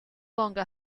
longer